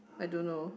I don't know